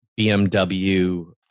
BMW